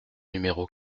numéro